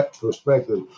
perspective